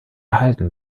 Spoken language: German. erhalten